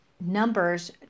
Numbers